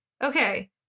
Okay